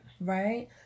right